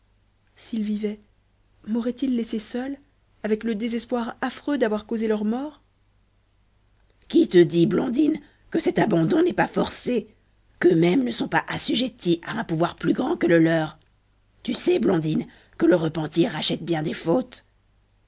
s'ils vivaient mauraient ils laissée seule avec le désespoir affreux d'avoir causé leur mort qui te dit blondine que cet abandon n'est pas forcé qu'eux-mêmes ne sont pas assujettis à un pouvoir plus grand que le leur tu sais blondine que le repentir rachète bien des fautes